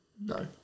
No